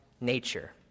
nature